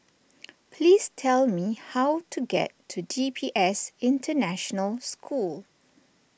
please tell me how to get to D P S International School